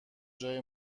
جای